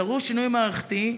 דרוש שינוי מערכתי,